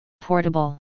Portable